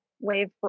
wave